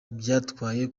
byatwaye